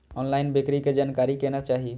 Online बिक्री के जानकारी केना चाही?